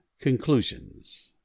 Conclusions